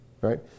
Right